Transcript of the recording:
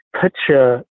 picture